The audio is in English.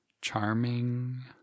charming